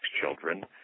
children